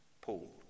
Paul